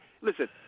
listen